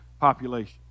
population